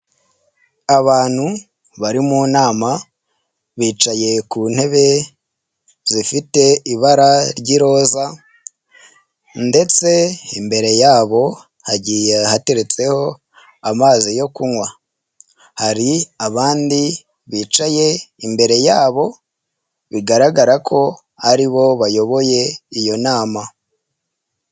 Abantu bari mu nama bicaye ku ntebe zifite ibara ry'iroza ndetse imbere yabo hagiye hateretseho amazi yo kunywa, hari abandi bicaye imbere yabo bigaragara ko ari bo bayoboye iyo nama.